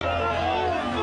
להבין.